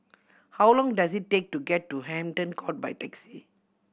how long does it take to get to Hampton Court by taxi